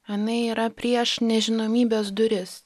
jinai yra prieš nežinomybės duris